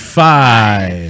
five